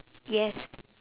yes